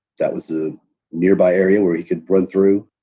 that was a nearby area where he could run through.